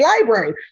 Library